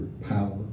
power